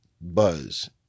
buzz